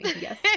Yes